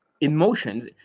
emotions